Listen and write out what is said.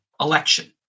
election